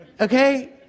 okay